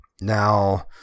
now